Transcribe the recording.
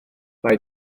mae